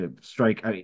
strike